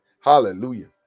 Hallelujah